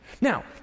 Now